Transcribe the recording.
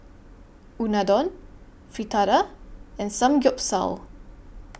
Unadon Fritada and Samgyeopsal